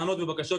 מענים ובקשות,